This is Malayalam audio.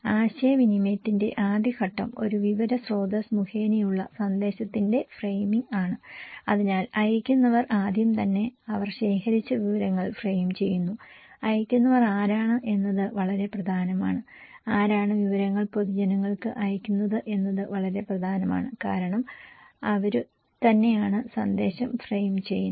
ആശയവിനിമയത്തിന്റെ ആദ്യ ഘട്ടം ഒരു വിവര സ്രോതസ്സ് മുഖേനയുള്ള സന്ദേശത്തിന്റെ ഫ്രെയിമിംഗ് ആണ് അതിനാൽ അയയ്ക്കുന്നവർ ആദ്യം തന്നെ അവർ ശേഖരിച്ച വിവരങ്ങൾ ഫ്രെയിം ചെയ്യുന്നു അയക്കുന്നവർ ആരാണ് എന്നത് വളരെ പ്രധാനമാണ് ആരാണ് വിവരങ്ങൾ പൊതുജനങ്ങൾക്ക് അയയ്ക്കുന്നത് എന്നത് വളരെ പ്രധാനമാണ് കാരണം അവരു തന്നെയാണ് സന്ദേശം ഫ്രെയിം ചെയ്യുന്നത്